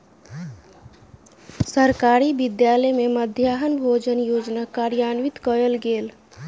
सरकारी विद्यालय में मध्याह्न भोजन योजना कार्यान्वित कयल गेल